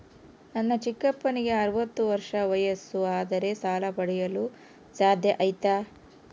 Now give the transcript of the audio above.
ನನ್ನ ಚಿಕ್ಕಪ್ಪನಿಗೆ ಅರವತ್ತು ವರ್ಷ ವಯಸ್ಸು ಆದರೆ ಸಾಲ ಪಡೆಯಲು ಸಾಧ್ಯ ಐತಾ?